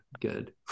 good